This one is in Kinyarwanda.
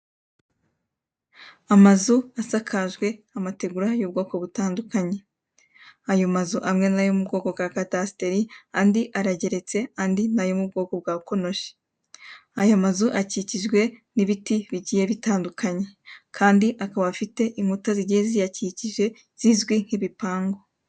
Amazu asakajwe amategura yubwoko butandukanye ayomazu amwe nayo mubwoko bw,akadasiteri andi arageretse andi nayo mubwoko bwa konoshi ayamazu akikijwe nibiti bigiye bitandukanye kd akaba afite inkuta zigiye ziyakikije zizwi nkibipangu.